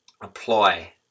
apply